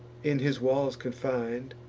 in his walls confin'd,